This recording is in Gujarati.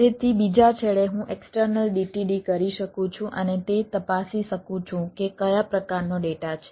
તેથી બીજા છેડે હું એક્સટર્નલ DTD કરી શકું છું અને તે તપાસી શકું છું કે કયા પ્રકારનો ડેટા છે